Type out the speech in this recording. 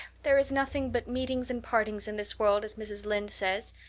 there is nothing but meetings and partings in this world, as mrs. lynde says,